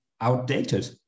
outdated